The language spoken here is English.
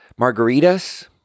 margaritas